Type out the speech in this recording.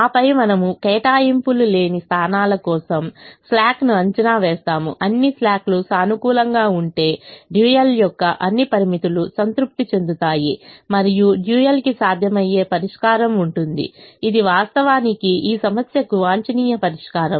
ఆపై మనము కేటాయింపులు లేని స్థానాల కోసం స్లాక్ ను అంచనా వేస్తాము అన్ని స్లాక్లు సానుకూలంగా ఉంటే డ్యూయల్ యొక్క అన్ని పరిమితులు సంతృప్తి చెందుతాయి మరియు డ్యూయల్కి సాధ్యమయ్యే పరిష్కారం ఉంటుంది ఇది వాస్తవానికి ఈ సమస్యకు వాంఛనీయ పరిష్కారం